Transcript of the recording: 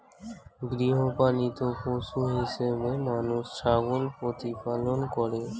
গৃহপালিত পশু হিসেবে মানুষ ছাগল প্রতিপালন করে